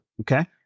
Okay